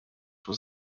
was